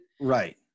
Right